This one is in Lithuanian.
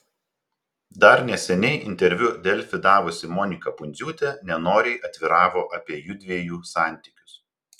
dar neseniai interviu delfi davusi monika pundziūtė nenoriai atviravo apie jųdviejų santykius